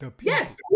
yes